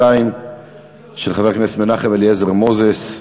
1072 של חבר הכנסת מנחם אליעזר מוזס בנושא: